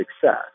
success